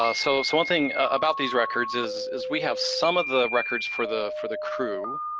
ah so so one thing about these records is is we have some of the records for the for the crew,